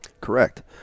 Correct